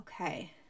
Okay